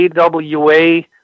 AWA